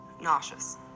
nauseous